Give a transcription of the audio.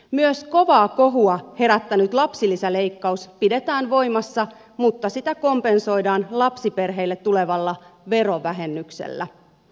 myös kovaa kohua herättänyt lapsilisäleikkaus pidetään voimassa mutta sitä kompensoidaan lapsiperheille tulevalla verovähennyksellä